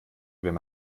wenn